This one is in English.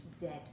dead